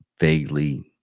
vaguely